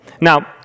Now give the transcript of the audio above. Now